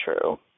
true